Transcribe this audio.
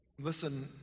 Listen